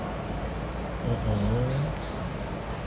mmhmm